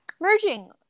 merging